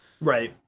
right